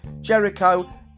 Jericho